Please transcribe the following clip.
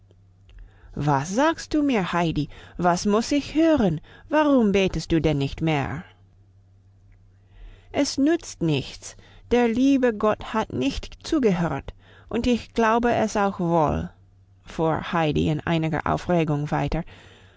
was sagst du mir heidi was muss ich hören warum betest du denn nicht mehr es nützt nichts der liebe gott hat nicht zugehört und ich glaube es auch wohl fuhr heidi in einiger aufregung weiter